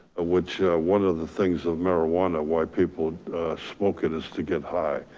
which one of the things of marijuana, why people smoke it is to get high,